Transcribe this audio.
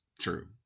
true